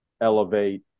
elevate